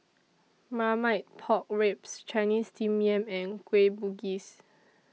Marmite Pork Ribs Chinese Steamed Yam and Kueh Bugis